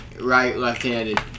right-left-handed